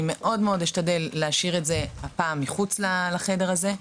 אשתדל מאוד להשאיר את זה הפעם מחוץ לחדר הזה,